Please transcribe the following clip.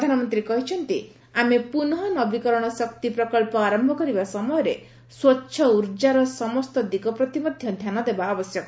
ପ୍ରଧାନମନ୍ତ୍ରୀ କହିଛନ୍ତି ଆମେ ପୁନଃ ନବୀକରଣ ଶକ୍ତି ପ୍ରକଳ୍ପ ଆରମ୍ଭ କରିବା ସମୟରେ ସ୍ପୁଚ୍ଛ ଉର୍ଜାର ସମସ୍ତ ଦିଗ ପ୍ରତି ମଧ୍ୟ ଧ୍ୟାନଦେବା ଆବଶ୍ୟକ